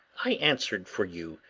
i answered for you.